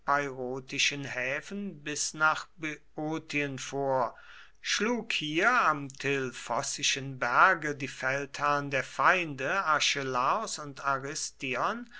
epeirotischen häfen bis nach böotien vor schlug hier am thilphossischen berge die feldherren der feinde archelaos und